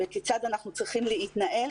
וכיצד אנחנו צריכים להתנהל